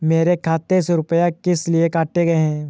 मेरे खाते से रुपय किस लिए काटे गए हैं?